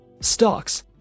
Stocks